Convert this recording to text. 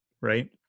right